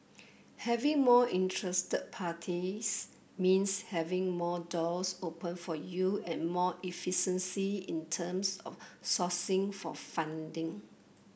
having more interested parties means having more doors open for you and more efficiency in terms of sourcing for funding